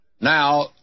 Now